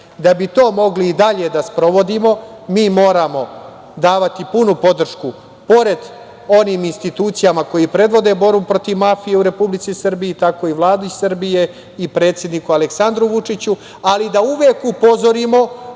bi to mogli i dalje da sprovodimo, mi moramo davati punu podršku, pored onih institucija koje predvode borbu protiv mafije u Republici Srbiji, tako i Vladi Srbije i predsedniku Aleksandru Vučiću, ali da uvek upozorimo